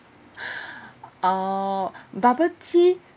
orh bubble tea